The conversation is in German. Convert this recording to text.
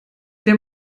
der